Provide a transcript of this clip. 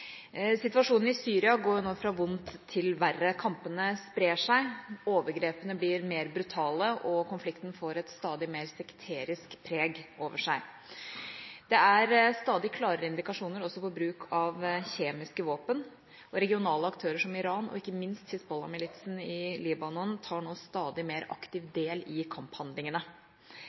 Situasjonen i Syria går nå fra vondt til verre. Kampene sprer seg, overgrepene blir mer brutale, og konflikten får et stadig mer sekterisk preg over seg. Det er stadig klarere indikasjoner også på bruk av kjemiske våpen, og regionale aktører som Iran og ikke minst Hizbollah-militsen i Libanon tar nå stadig mer aktiv del i kamphandlingene.